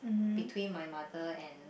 between my mother and